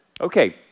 Okay